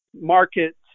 markets